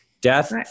death